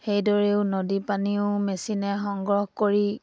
সেইদৰেও নদী পানীও মেচিনে সংগ্ৰহ কৰি